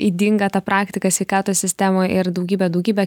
ydinga ta praktika sveikatos sistemoj ir daugybė daugybė